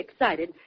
excited